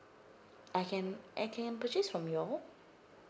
I can I can purchase from you all